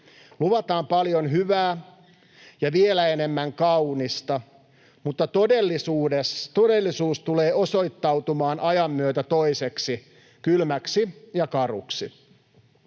Luvataan paljon hyvää ja vielä enemmän kaunista, mutta todellisuus tulee osoittautumaan ajan myötä toiseksi, kylmäksi ja karuksi.